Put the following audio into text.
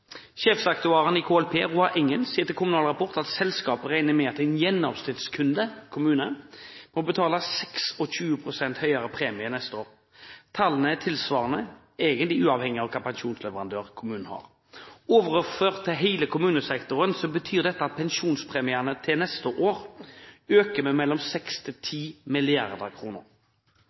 Sjefsaktuar i KLP, Roar Engen, sier til Kommunal Rapport at selskapet regner med at en gjennomsnittskommune må betale 26 pst. høyere premie neste år. Tallene er egentlig tilsvarende uavhengig av hvilken pensjonsleverandør kommunen har. Overført til hele kommunesektoren betyr dette at pensjonspremiene til neste år øker med mellom 6 og 10 mrd. kr. Etter at Finanstilsynet krevde at garantert rente settes til